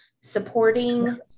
supporting